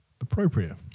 appropriate